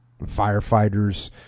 Firefighters